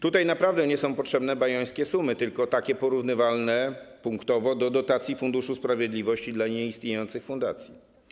Tutaj naprawdę nie są potrzebne bajońskie sumy, tylko takie porównywalne punktowo do dotacji Funduszu Sprawiedliwości dla nieistniejących fundacji.